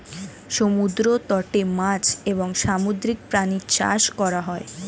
সমুদ্র তটে মাছ এবং সামুদ্রিক প্রাণী চাষ করা হয়